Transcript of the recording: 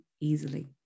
easily